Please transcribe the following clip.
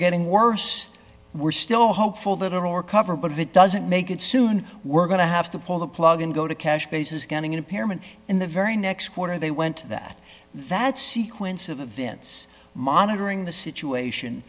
getting worse we're still hopeful that our or cover but it doesn't make it soon we're going to have to pull the plug and go to cash basis getting impairment in the very next quarter they went to that that sequence of events monitoring the situation